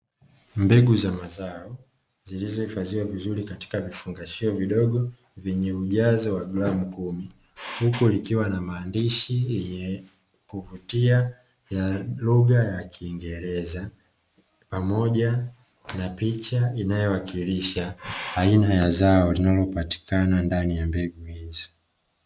Mbegu za mazao zilizohifadhiwa vizuri katika vifungashio vidogo vyenye ujazo wa gramu kumi huku ikiwa na maandishi yenye kuvutia ya lugha ya kingereza, pamoja na picha inayowakilisha aina ya zao linalopatikana ndani ya mbegu hizo.